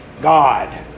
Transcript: God